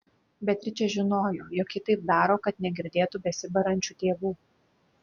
beatričė žinojo jog ji taip daro kad negirdėtų besibarančių tėvų